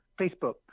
Facebook